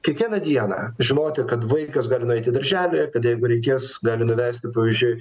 kiekvieną dieną žinoti kad vaikas gali nueiti į darželį kad jeigu reikės gali nuvesti pavyzdžiui